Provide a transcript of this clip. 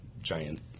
giant